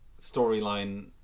storyline